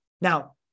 Now